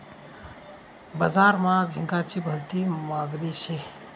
बजार मा झिंगाची भलती मागनी शे